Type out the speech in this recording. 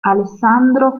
alessandro